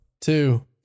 two